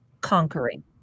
conquering